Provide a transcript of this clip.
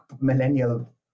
millennial